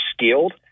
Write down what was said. skilled